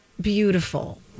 beautiful